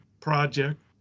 project